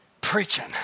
preaching